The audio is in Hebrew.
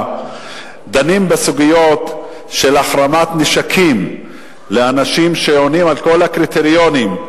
בסוגיות של החרמת נשקים לאנשים שעונים על כל הקריטריונים,